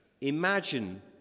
Imagine